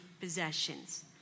possessions